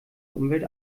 umwelt